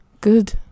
Good